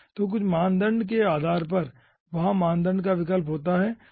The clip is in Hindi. तो कुछ मानदंड के आधार पर वहां मानदंड का विकल्प होता है